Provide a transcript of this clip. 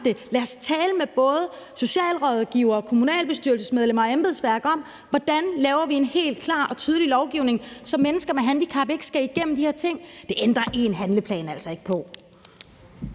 lad os tale med både socialrådgivere, kommunalbestyrelsesmedlemmer og embedsværk om, hvordan vi laver en helt klar og tydelig lovgivning, så mennesker med handicap ikke skal igennem de her ting. Det ændrer én handleplan altså ikke på.